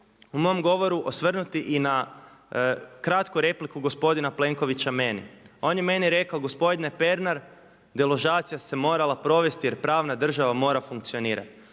u mom govoru osvrnuti i na kratku repliku gospodina Plenkovića meni. On je meni rekao gospodine Pernar deložacija se morala provesti jer pravna država mora funkcionirati.